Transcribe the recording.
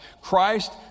Christ